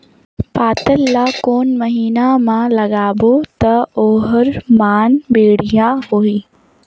पातल ला कोन महीना मा लगाबो ता ओहार मान बेडिया होही?